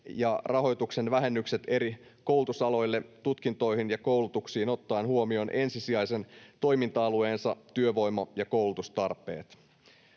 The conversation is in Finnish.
ja rahoituksen vähennykset eri koulutusaloille, tutkintoihin ja koulutuksiin ottaen huomioon ensisijaisen toiminta-alueensa työvoima- ja koulutustarpeet.